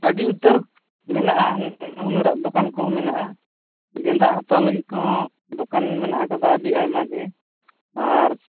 ᱟᱹᱰᱤ ᱩᱛᱟᱹᱨ ᱢᱮᱱᱟᱜᱼᱟ ᱱᱟᱱᱟ ᱦᱩᱱᱟᱹᱨᱟᱜ ᱫᱚᱠᱟᱱ ᱠᱚ ᱦᱚᱸ ᱢᱮᱱᱟᱜᱼᱟ ᱜᱮᱸᱫᱟᱜ ᱦᱟᱛᱟᱣ ᱞᱟᱹᱜᱤᱫ ᱠᱚᱦᱚᱸ ᱫᱚᱠᱟᱱ ᱢᱮᱱᱟᱜ ᱟᱠᱟᱫᱟ ᱟᱹᱰᱤ ᱟᱭᱢᱟ ᱜᱮ ᱟᱨ